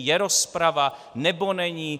Je rozprava, nebo není?